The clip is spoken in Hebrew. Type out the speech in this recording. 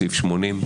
סעיף 80,